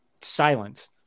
silent